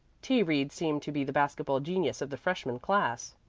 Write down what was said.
t. reed seemed to be the basket-ball genius of the freshman class.